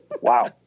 Wow